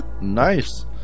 nice